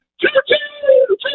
Choo-choo